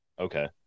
Okay